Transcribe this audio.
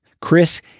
Chris